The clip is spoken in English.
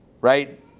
right